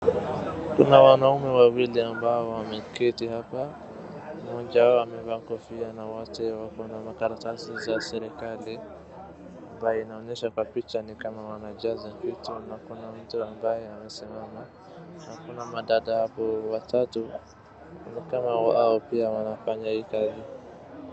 Kuna wanaume wawili ambao wameketi hapa, mmoja wao amevaa kofia na wote wako na makaratasi za serikali, ambayo inaoonyesha kwa picha ni kama wanajaza vitu, na kuna mtu ambao amesimama , na kuna madada hapo watu ni kama hao pia wanafanya hio kazi.